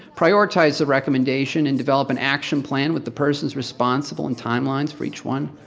prioritize the recommendation and develop an action plan with the persons responsible, and timelines for each one.